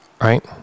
Right